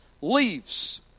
leaves